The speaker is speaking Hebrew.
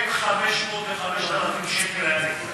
בין 500 ל-5,000 שקל היה נפגע.